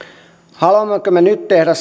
haluammeko me nyt tehdä